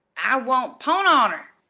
i won't pon honor!